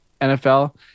NFL